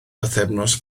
bythefnos